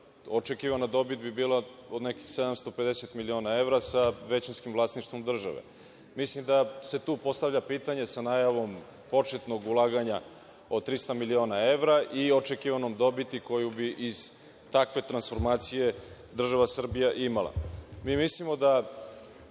očekivana dobit bi bila od nekih 750 miliona evra sa većinskim vlasništvom države. Mislim da se tu postavlja pitanje, sa najavom početnog ulaganja od 300 miliona evra i očekivane dobiti koju bi iz takve transformacije država Srbija imala. Mi mislimo da